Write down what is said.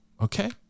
Okay